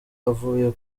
avuye